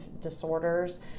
disorders